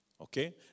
Okay